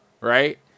right